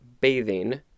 bathing